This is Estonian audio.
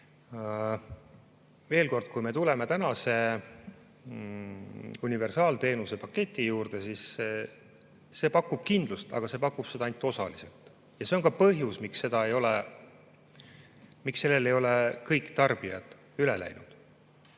Veel kord: kui me tuleme tänase universaalteenuse paketi juurde, siis see pakub kindlust, aga see pakub seda ainult osaliselt. See on ka põhjus, miks sellele ei ole kõik tarbijad üle läinud.